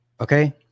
Okay